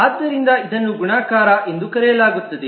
ಆದ್ದರಿಂದ ಇದನ್ನು ಗುಣಾಕಾರ ಎಂದು ಕರೆಯಲಾಗುತ್ತದೆ